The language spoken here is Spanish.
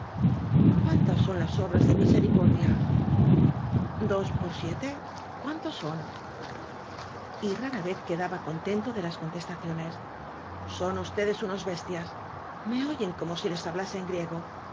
cuántas son las obras de misericordia dos por siete cuántos son y rara vez quedaba contento de las con testaciones son ustedes unos bestias me oyen como si les hablase en griego